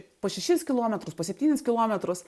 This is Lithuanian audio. po šešis kilometrus po septynis kilometrus